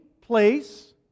place